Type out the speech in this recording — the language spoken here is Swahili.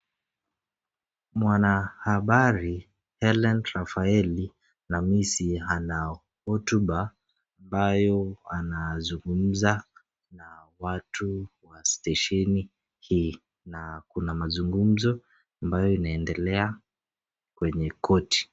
Mwanahabari Helene Rafaeli Namisi ana hotuba ambayo anazungumza na watu wa stesheni hii na kuna mazungumzo ambayo inaendelea kwenye koti.